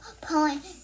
point